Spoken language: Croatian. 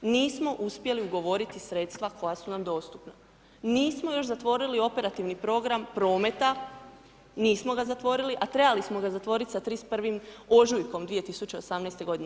Nismo uspjeli ugovoriti sredstva koja su nam dostupna, nismo još zatvorili Operativni program Prometa, nismo ga zatvorili, a trebali smo ga zatvoriti sa 31. ožujkom 2018. godine.